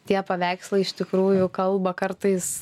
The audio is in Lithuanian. tie paveikslai iš tikrųjų kalba kartais